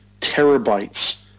terabytes